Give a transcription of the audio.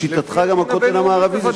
לשיטתך גם הכותל המערבי זה שטח כבוש.